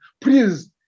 Please